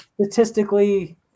statistically